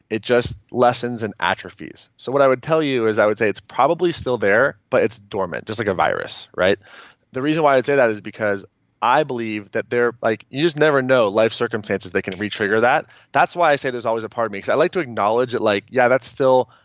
it just lessens and atrophies. so what i would tell you is i would say it's probably still there, but it's dormant just like a virus. the reason why i'd say that is because i believe that they're, like you just never know life circumstances that could re-trigger that. that's why i say there's always a part of me cause i like to acknowledge that like yeah, that's still,